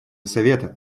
совета